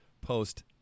post